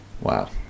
Wow